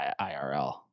IRL